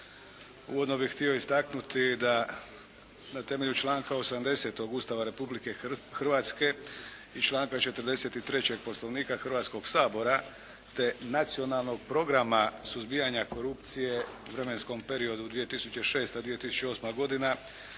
Uvodno bih htio istaknuti da na temelju članka 80. Ustava Republike Hrvatske i članka 43. Poslovnika Hrvatskoga sabora te Nacionalnog programa suzbijanja korupcije u vremenskom periodu 2006.-2008. godina